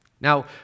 Now